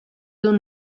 dut